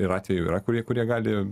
ir atveju yra kurie kurie gali